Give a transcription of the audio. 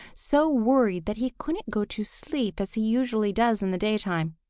so worried that he couldn't go to sleep as he usually does in the daytime.